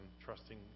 trusting